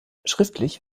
schriftlich